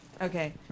Okay